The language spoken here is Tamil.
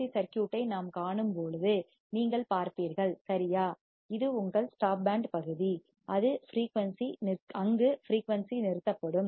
சி சர்க்யூட் ஐ நாம் காணும்போது நீங்கள் பார்ப்பீர்கள் சரியா இது உங்கள் ஸ்டாப் பேண்ட் பகுதி அங்கு ஃபிரீயூன்சி நிறுத்தப்படும்